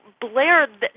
Blair